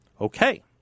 Okay